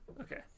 Okay